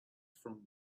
from